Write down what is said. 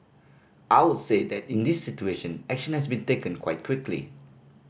I would say that in this situation action has been taken quite quickly